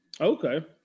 Okay